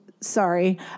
sorry